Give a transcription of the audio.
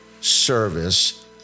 service